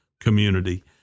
community